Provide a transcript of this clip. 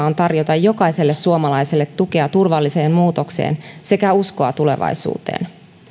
on tarjota jokaiselle suomalaiselle tukea turvalliseen muutokseen sekä uskoa tulevaisuuteen